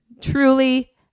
Truly